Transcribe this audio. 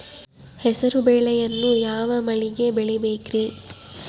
ಹೆಸರುಬೇಳೆಯನ್ನು ಯಾವ ಮಳೆಗೆ ಬೆಳಿಬೇಕ್ರಿ?